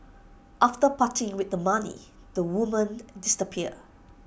after parting with the money the women disappear